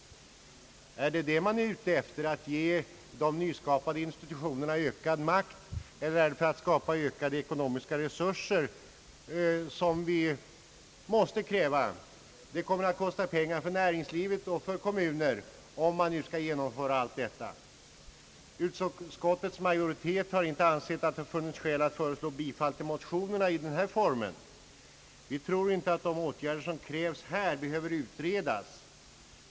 Är man ute efter att ge de nyskapade institutionerna ökad makt eller att skapa de ökade ekonomiska resurser som vi måste kräva? Det kommer att kosta pengar för näringsliv och för kommuner, om man nu skall genomföra detta. Utskottets majoritet har inte ansett att det funnits skäl att tillstyrka motionen i denna form. Vi tror inte att de åtgärder som krävs behöver utredas.